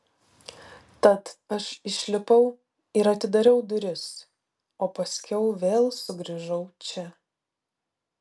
tad aš išlipau ir atidariau duris o paskiau vėl sugrįžau čia